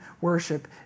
worship